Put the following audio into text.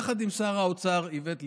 יחד עם שר האוצר איווט ליברמן,